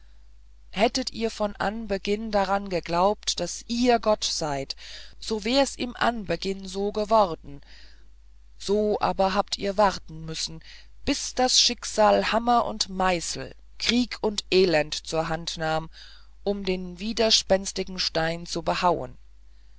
hättet ihr von anbeginn daran geglaubt daß ihr gott seid so wär's im anbeginn so geworden so aber habt ihr warten müssen bis das schicksal hammer und meißel krieg und elend zur hand nahm um den widerspenstigen stein zu behauen